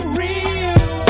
real